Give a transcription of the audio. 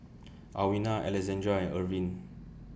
Alwina Alexandria and Irven